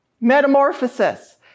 Metamorphosis